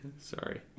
sorry